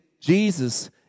Jesus